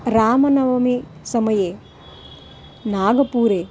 रामनवमी समये नागपुरे